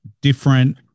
different